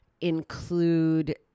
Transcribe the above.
include